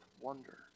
wonder